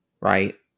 Right